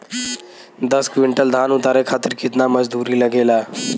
दस क्विंटल धान उतारे खातिर कितना मजदूरी लगे ला?